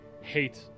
hate